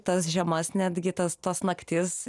tas žiemas netgi tas tas naktis